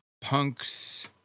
punks